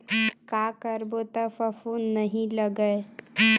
का करबो त फफूंद नहीं लगय?